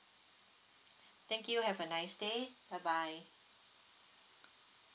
thank you have a nice day bye bye